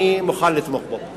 אני אהיה מוכן לתמוך בו.